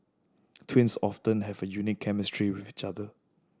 twins often have a unique chemistry with each other